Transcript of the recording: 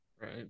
Right